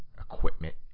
equipment